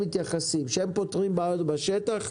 מתייחסים ופותרים בעיות בשטח,